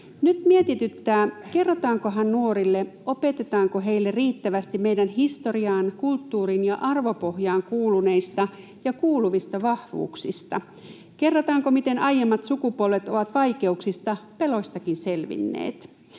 Nyt mietityttää, kerrotaankohan nuorille, opetetaanko heille riittävästi meidän historiaan, kulttuuriin ja arvopohjaan kuuluneista ja kuuluvista vahvuuksista. Kerrotaanko, miten aiemmat sukupolvet ovat vaikeuksista, peloistakin, selvinneet?